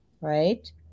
Right